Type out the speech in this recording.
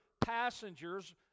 passengers